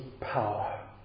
power